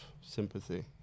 sympathy